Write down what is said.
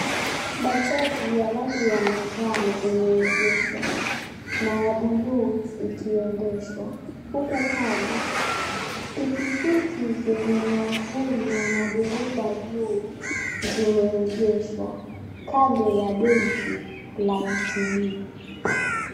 Bajaji ya rangi ya manjano imeegeshwa na ya buluu ikiendeshwa, huku Kando pikipiki zenye miavuli na madereva juu zimeegeshwa Kando ya benki la DTB.